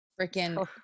freaking